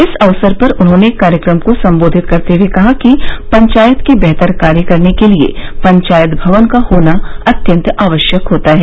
इस अवसर पर उन्होंने कार्यक्रम को संबोधित करते हुए कहा कि पंचायत के बेहतर कार्य करने के लिये पंचायत भवन का होना अत्यन्त आवश्यक होता है